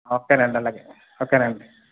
okay అండి అలాగే okay అండి